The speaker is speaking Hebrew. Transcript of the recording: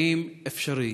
האם אפשרי